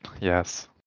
Yes